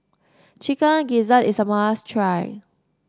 Chicken Gizzard is a must try